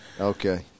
Okay